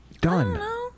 Done